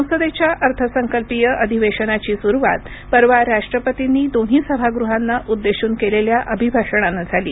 संसदेच्या अर्थसंकल्पीय अधिवेशनाची सुरुवात परवा राष्ट्रपतींनी दोन्ही सभागृहांना उद्देशून केलेल्या अभिभाषणाने झाली